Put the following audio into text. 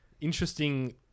interesting